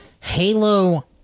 Halo